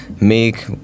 make